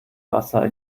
wasser